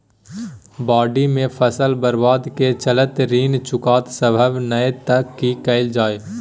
बाढि में फसल बर्बाद के चलते ऋण चुकता सम्भव नय त की कैल जा?